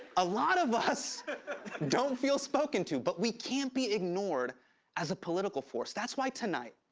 a lot of us don't feel spoken to, but we can't be ignored as a political force. that's why tonight,